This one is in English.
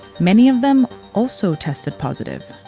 many of them also tested positive.